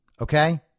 okay